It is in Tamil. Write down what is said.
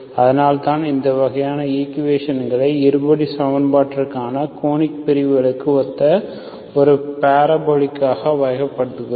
அதனால்தான் இந்த வகையான ஈக்குவேஷன் களை இருபடி சமன்பாட்டிற்கான கோனிக் பிரிவுகளுக்கு ஒத்த ஒரு பாராபோலிகாக வகைப்படுத்துகிறோம்